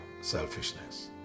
selfishness